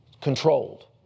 Controlled